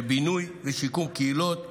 בבינוי ובשיכון קהילות,